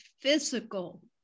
physical